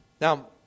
Now